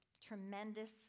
tremendous